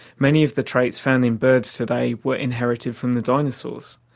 many of the traits found in birds today were inherited from the dinosaurs.